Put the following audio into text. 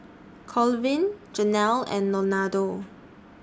Colvin Jenelle and Leonardo